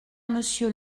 monsieur